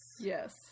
Yes